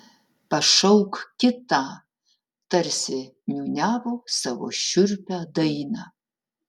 pašauk kitą tarsi niūniavo savo šiurpią dainą